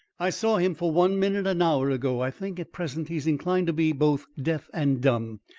i saw him for one minute an hour ago. i think, at present, he is inclined to be both deaf and dumb,